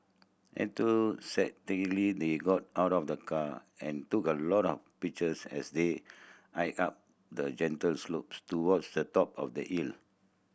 enthusiastically they got out of the car and took a lot of pictures as they hiked up the gentle slope towards the top of the hill